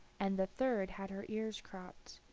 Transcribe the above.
and the third had her ears cropped.